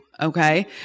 Okay